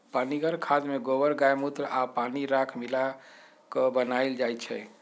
पनीगर खाद में गोबर गायमुत्र आ पानी राख मिला क बनाएल जाइ छइ